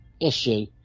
issue